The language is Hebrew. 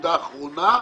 ונקודה אחרונה,